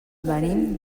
venim